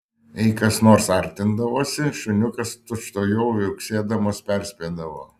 jei kas nors artindavosi šuniukas tučtuojau viauksėdamas perspėdavo